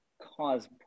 cause